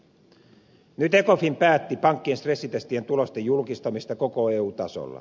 nyt ecofin päätti pankkien stressitestitulosten julkistamisesta koko eu tasolla